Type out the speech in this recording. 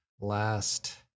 last